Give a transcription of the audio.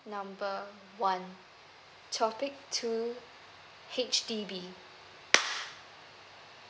number one topic two H_D_B